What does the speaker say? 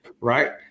right